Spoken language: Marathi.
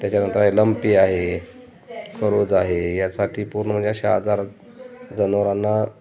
त्याच्यानंतर ए लमपी आहे खरूज आहे यासाठी पूर्ण म्हणजे अशा आजार जनावरांना